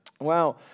Wow